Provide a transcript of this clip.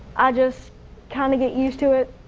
i just kind of get used to it.